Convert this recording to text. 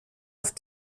auf